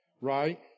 right